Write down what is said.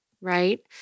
right